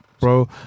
bro